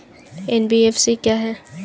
NBFC क्या है?